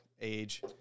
age